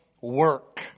work